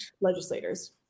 legislators